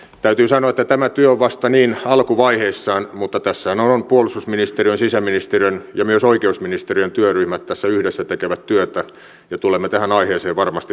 täytyy sanoa että tämä työ on vasta alkuvaiheissaan mutta tässähän puolustusministeriön sisäministeriön ja myös oikeusministeriön työryhmät yhdessä tekevät työtä ja tulemme tähän aiheeseen varmasti palaamaan